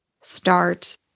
start